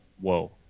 whoa